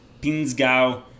Pinsgau